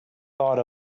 thought